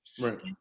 Right